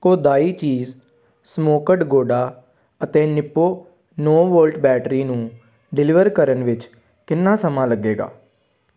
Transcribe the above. Kodai cheese smoked gouda ਅਤੇ Nippo ਨੌਂ volt battery ਨੂੰ ਡਿਲੀਵਰ ਕਰਨ ਵਿੱਚ ਕਿੰਨਾ ਸਮਾਂ ਲੱਗੇਗਾ